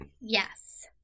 Yes